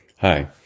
Hi